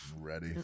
Ready